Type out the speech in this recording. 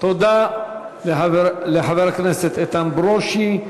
תודה לחבר הכנסת איתן ברושי.